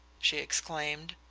she exclaimed.